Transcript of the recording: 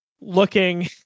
looking